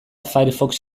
firefox